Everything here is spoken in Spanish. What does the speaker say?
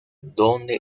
dónde